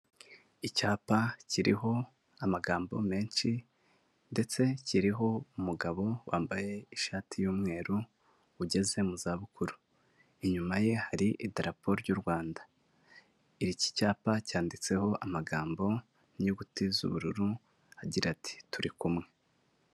Icyapa kiriho amagambo menshi ndetse kiriho umugabo wambaye ishati y'umweru ugeze mu za bukuru, inyuma ye hari idarapo ry'u Rwanda, iki cyapa cyanditseho amagambo ninyuguti z'ubururu agira ati turi kumwe.